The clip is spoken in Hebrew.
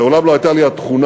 מעולם לא הייתה לי התכונה